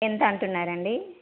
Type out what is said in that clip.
ఎంత అంటున్నారు అండి